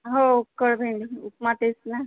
हो उकभें उपमा तेच ना